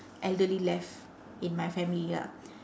elderly left in my family lah